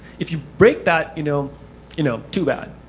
if you break that, you know you know too bad.